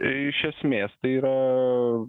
iš esmės tai yra